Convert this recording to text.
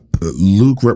Luke